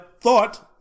thought